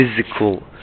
physical